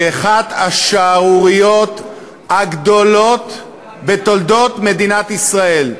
כאחת השערוריות הגדולות בתולדות מדינת ישראל.